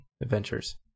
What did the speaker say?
adventures